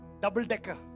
double-decker